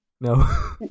no